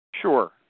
sure